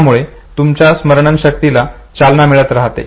यामुळे तुमच्या स्मरणशक्तीला चालना मिळत राहते